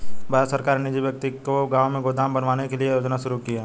भारत सरकार ने निजी व्यक्ति को गांव में गोदाम बनवाने के लिए यह योजना शुरू की है